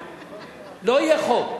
לא יהיה חוק,